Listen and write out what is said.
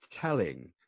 telling